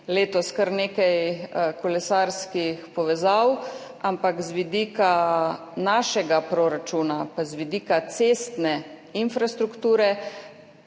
kar nekaj kolesarskih povezav, ampak z vidika našega proračuna in z vidika cestne infrastrukture